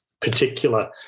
particular